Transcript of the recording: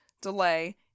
delay